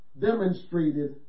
demonstrated